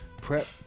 prep